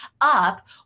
up